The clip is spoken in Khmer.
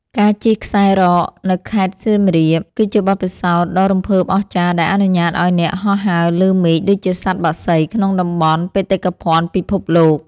ការជិះខ្សែរ៉កនៅខេត្តសៀមរាប គឺជាបទពិសោធន៍ដ៏រំភើបអស្ចារ្យដែលអនុញ្ញាតឱ្យអ្នកហោះហើរលើមេឃដូចជាសត្វបក្សីក្នុងតំបន់បេតិកភណ្ឌពិភពលោក។